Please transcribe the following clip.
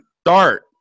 Start